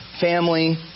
Family